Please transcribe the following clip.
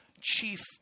chief